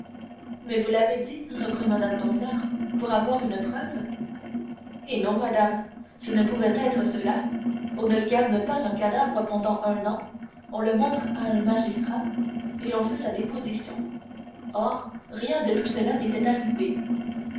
mais vous l'avez dit reprit mme danglars pour avoir une preuve eh non madame ce ne pouvait plus être cela on ne garde pas un cadavre pendant un an on le montre à un magistrat et l'on fait sa déposition or rien de tout cela n'était arrivé